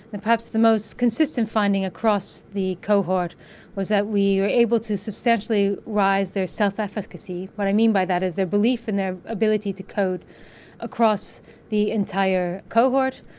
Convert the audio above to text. and perhaps the most consistent finding across the cohort was that we were able to substantially rise their self-efficacy. what i mean by that is their belief in their ability to code across the entire cohort.